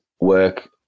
work